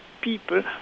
people